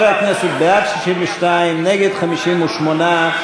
חברי הכנסת, בעד, 62, נגד, 58,